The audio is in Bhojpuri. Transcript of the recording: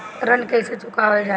ऋण कैसे चुकावल जाई?